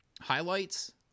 highlights